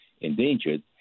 endangered